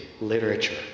literature